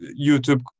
YouTube